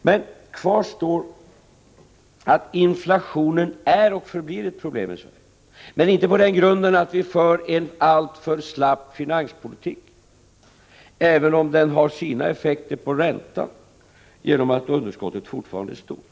Men kvar står att inflationen är och förblir ett problem i Sverige, men inte på grund av att vi för en alltför slapp finanspolitik, även om den har sina effekter på räntan genom att underskottet fortfarande är stort.